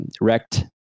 wrecked